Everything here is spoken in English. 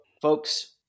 folks